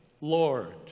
Lord